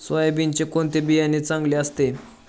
सोयाबीनचे कोणते बियाणे चांगले असते?